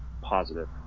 positive